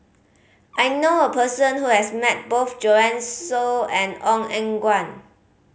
I know a person who has met both Joanne Soo and Ong Eng Guan